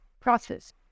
process